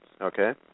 okay